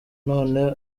none